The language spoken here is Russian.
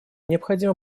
необходимо